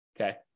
okay